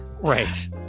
Right